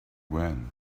when